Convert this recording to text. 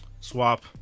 Swap